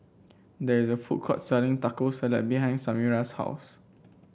there is a food court selling Taco Salad behind Samira's house